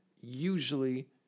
usually